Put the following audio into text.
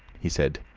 he said.